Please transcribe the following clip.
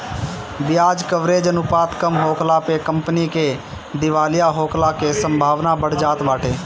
बियाज कवरेज अनुपात कम होखला पअ कंपनी के दिवालिया होखला के संभावना बढ़ जात बाटे